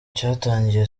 cyatangiye